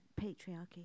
patriarchy